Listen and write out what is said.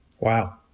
Wow